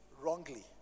wrongly